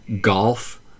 golf